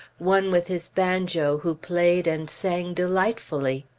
one with his banjo who played and sang delightfully.